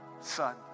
son